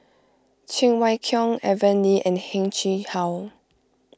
Cheng Wai Keung Aaron Lee and Heng Chee How